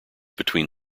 between